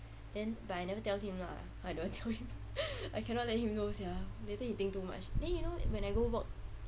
then but I never tell him lah I don't want to tell him I cannot let him know sia later he think too much then you know when I go work